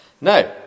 No